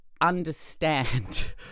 understand